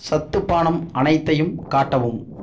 சத்து பானம் அனைத்தையும் காட்டவும்